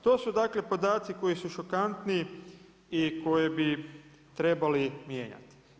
To su dakle podaci koji su šokantni i koje bi trebali mijenjati.